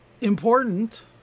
Important